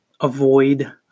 avoid